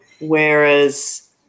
whereas